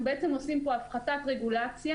אנחנו בעצם עושים פה הפחתת רגולציה,